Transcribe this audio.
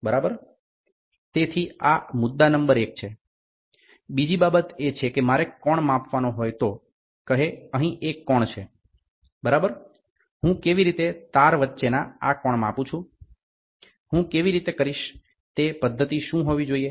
તેથી આ મુદ્દા નંબર 1 છે બીજી બાબત એ છે કે મારે કોણ માપવાનો હોય તો કહે અહીં એક કોણ છે બરાબર હું કેવી રીતે તાર વચ્ચેના આ કોણ માપું છું હું કેવી રીતે કરીશ તે પદ્ધતિ શું હોવી જોઈએ